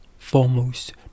Foremost